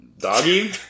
Doggy